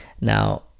Now